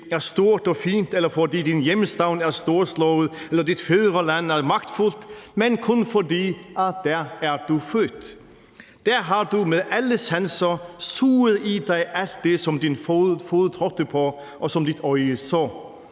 er stort og fint, eller fordi din hjemstavn er storslået eller dit fædreland er magtfuldt, men kun fordi du er født der. Der har du med alle sanser suget i dig alt det, som din fod trådte på, og som dit øje så,